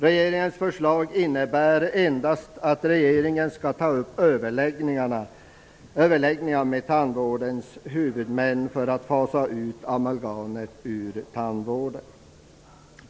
Regeringens förslag innebär endast att regeringen skall ta upp överläggningar med tandvårdens huvudmän för att fasa ut användningen av amalgam ur tandvården.